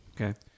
Okay